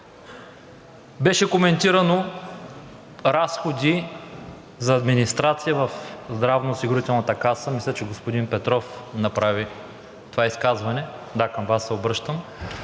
Беше коментирано за разходите за администрация в Здравноосигурителната каса и мисля, че господин Петров направи това изказване. Да, към Вас се обръщам